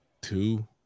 Two